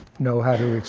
know how to